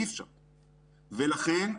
לכן,